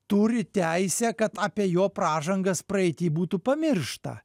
turi teisę kad apie jo pražangas praeity būtų pamiršta